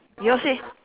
yours eh